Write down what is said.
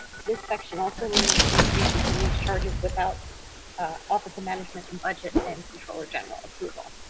this section also limits increases in these charges without office of management and budget and controller general approval.